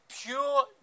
pure